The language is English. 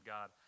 God